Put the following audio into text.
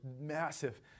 massive